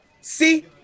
See